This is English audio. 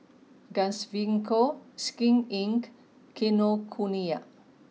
Gaviscon Skin Inc and Kinokuniya